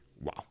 wow